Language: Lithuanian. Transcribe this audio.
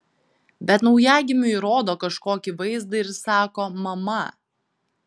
bet naujagimiui rodo kažkokį vaizdą ir sako mama